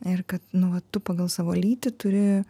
ir kad nu va tu pagal savo lytį turi